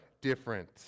different